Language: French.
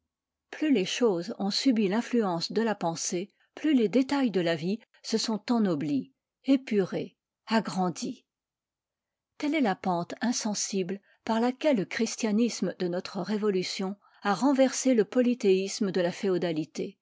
plus les choses ont subi l'influence de la pensée plus les détails de la vie se sont ennoblis épurés agrandis telle est la pente insensible par laquelle le christianisme de notre révolution a renversé le polythéisme de la féodalité